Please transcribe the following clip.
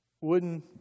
wooden